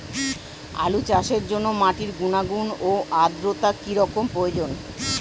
আলু চাষের জন্য মাটির গুণাগুণ ও আদ্রতা কী রকম প্রয়োজন?